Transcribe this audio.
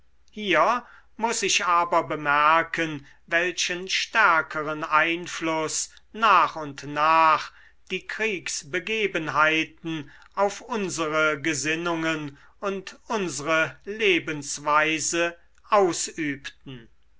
hier muß ich aber bemerken welchen stärkeren einfluß nach und nach die kriegsbegebenheiten auf unsere gesinnungen und unsre lebensweise ausübten